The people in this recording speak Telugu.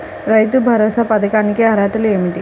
రైతు భరోసా పథకానికి అర్హతలు ఏమిటీ?